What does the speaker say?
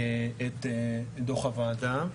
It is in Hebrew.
את דוח הוועדה.